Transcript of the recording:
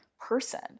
person